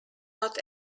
not